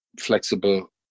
flexible